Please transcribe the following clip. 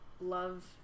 love